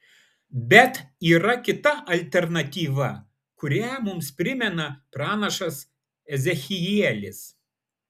bet yra kita alternatyva kurią mums primena pranašas ezechielis